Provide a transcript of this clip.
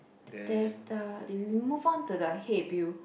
there's the they we move on to the hey Bill